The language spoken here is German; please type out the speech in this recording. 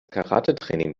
karatetraining